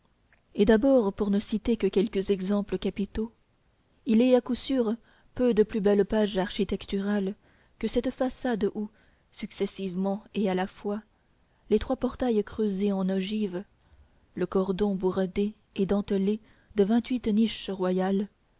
et d'abord pour ne citer que quelques exemples capitaux il est à coup sûr peu de plus belles pages architecturales que cette façade où successivement et à la fois les trois portails creusés en ogive le cordon brodé et dentelé des vingt-huit niches royales